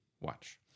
watch